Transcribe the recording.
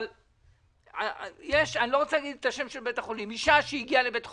יש אישה שהגיעה לבדיקה בבית חולים.